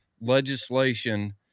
legislation